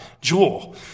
Jewel